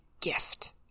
gift